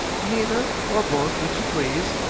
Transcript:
neither or both, which you please.